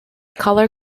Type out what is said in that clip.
color